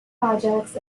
projects